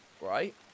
right